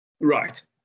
Right